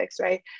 right